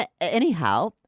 Anyhow